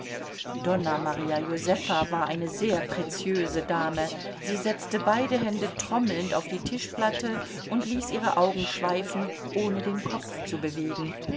donna maria josefa war eine sehr preziöse dame sie setzte beide hände trommelnd auf die tischplatte und ließ ihre augen schweifen ohne den kopf zu bewegen